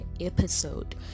episode